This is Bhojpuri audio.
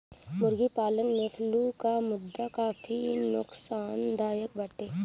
मुर्गी पालन में फ्लू कअ मुद्दा काफी नोकसानदायक बाटे